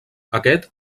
aquest